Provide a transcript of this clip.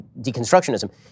deconstructionism